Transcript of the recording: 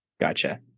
gotcha